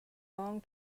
long